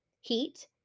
heat